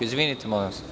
Izvinite, molim vas.